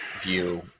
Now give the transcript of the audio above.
view